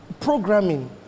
Programming